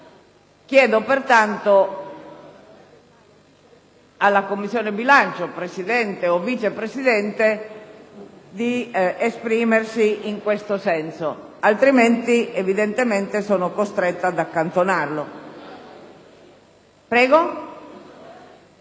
Chiedo pertanto alla Commissione bilancio, al Presidente o al Vice Presidente, di esprimersi in questo senso; altrimenti evidentemente sarò costretta ad accantonare